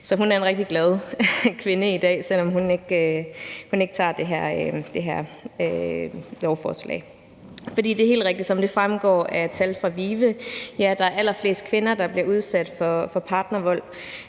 Hun er en rigtig glad kvinde i dag, selv om hun ikke er her til behandlingen af det her lovforslag. For det er helt rigtigt, som det fremgår af tal fra VIVE, at der er allerflest kvinder, der bliver udsat for partnervold.